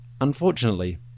Unfortunately